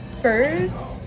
First-